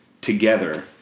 together